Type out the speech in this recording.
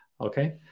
Okay